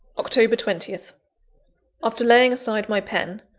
october twenty after laying aside my pen,